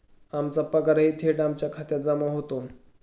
आमचा पगारही थेट आमच्या खात्यात जमा होतो